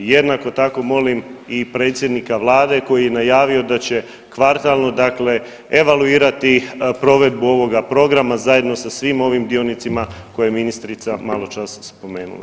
Jednako tako molim i predsjednika Vlade koji je najavio da će kvartalno, dakle evaluirati provedbu ovoga programa zajedno sa svim ovim dionicima koje je ministrica malo čas spomenula.